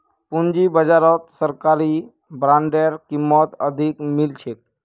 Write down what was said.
पूंजी बाजारत सरकारी बॉन्डेर कीमत अधिक मिल छेक